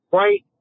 right